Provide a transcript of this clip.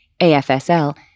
AFSL